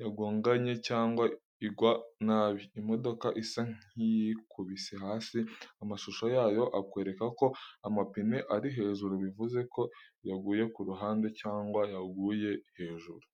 yagonganye cyangwa igwa nabi. Imodoka isa nk’iyikubise hasi, amaso yayo akwereka ko amapine ari hejuru, bivuze ko yaguye ku ruhande cyangwa yaguye hejuru.